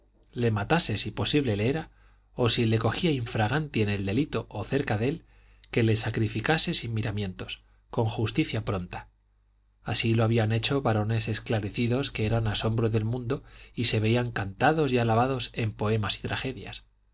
le matase si posible le era o si le cogía in fraganti en el delito o cerca de él que le sacrificase sin miramientos con justicia pronta así lo habían hecho varones esclarecidos que eran asombro del mundo y se veían cantados y alabados en poemas y tragedias